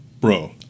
Bro